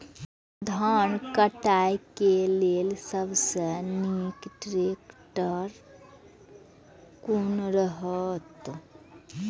धान काटय के लेल सबसे नीक ट्रैक्टर कोन रहैत?